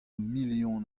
million